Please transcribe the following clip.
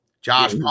Josh